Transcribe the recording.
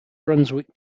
brunswick